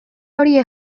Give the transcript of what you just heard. horiek